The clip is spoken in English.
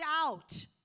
out